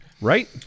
right